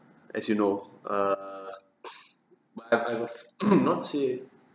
as you know err I have uh not say